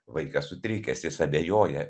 vaikas sutrikęs jis abejoja